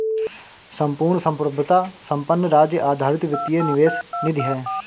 संपूर्ण संप्रभुता संपन्न राज्य आधारित वित्तीय निवेश निधि है